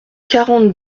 quarante